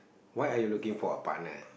why are you looking for a partner